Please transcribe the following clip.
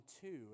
two